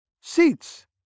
seats